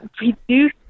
reduce